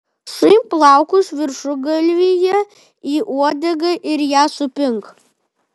suimk plaukus viršugalvyje į uodegą ir ją supink